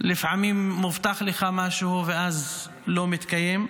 לפעמים מובטח לך משהו ואז לא מתקיים.